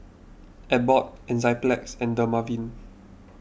Abbott Enzyplex and Dermaveen